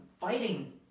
fighting